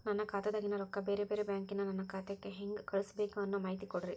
ನನ್ನ ಖಾತಾದಾಗಿನ ರೊಕ್ಕ ಬ್ಯಾರೆ ಬ್ಯಾಂಕಿನ ನನ್ನ ಖಾತೆಕ್ಕ ಹೆಂಗ್ ಕಳಸಬೇಕು ಅನ್ನೋ ಮಾಹಿತಿ ಕೊಡ್ರಿ?